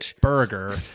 burger